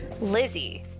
Lizzie